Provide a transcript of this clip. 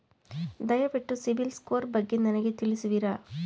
ದಯವಿಟ್ಟು ಸಿಬಿಲ್ ಸ್ಕೋರ್ ಬಗ್ಗೆ ನನಗೆ ತಿಳಿಸುವಿರಾ?